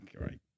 right